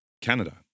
Canada